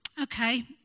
okay